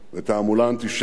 בתעמולה אנטישמית,